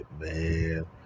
man